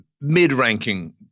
mid-ranking